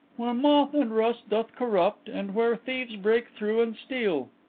where moth and rust doth corrupt and where thieves break through and steal